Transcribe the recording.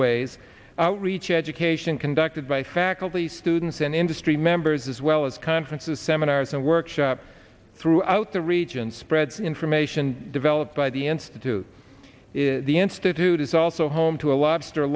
ways outreach education conducted by faculty students and industry members as well as conferences seminars and workshops throughout the region spreads information developed by the institute is the institute is also home to a lobster